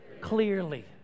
clearly